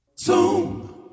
Zoom